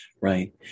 right